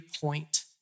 point